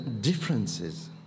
differences